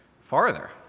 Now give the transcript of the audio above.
farther